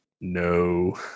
No